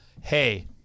Hey